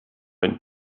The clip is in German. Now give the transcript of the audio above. ein